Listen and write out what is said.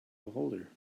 beholder